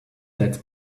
let